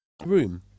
Room